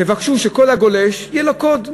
תבקשו שכל גולש יהיה לו קוד,